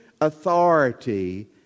authority